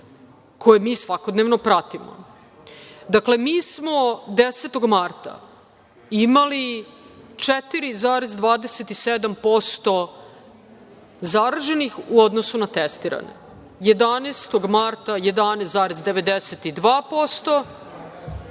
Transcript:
koje mi svakodnevno pratimo. Mi smo 10. marta imali 4,27% zaraženih u odnosu na testirane. Jedanaestog mart 11,92%,